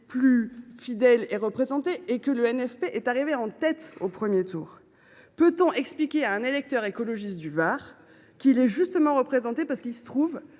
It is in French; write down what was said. plus diverse de ces derniers, et le NFP est arrivé en tête au premier tour. Peut on expliquer à un électeur écologiste du Var qu’il est justement représenté parce qu’il se trouve